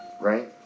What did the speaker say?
right